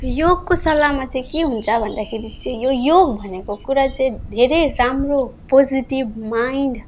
योगको सल्लाहमा चाहिँ के हुन्छ भन्दाखेरि चाहिँ यो योग भनेको कुरा चाहिँ धेरै राम्रो पोजिटिभ माइन्ड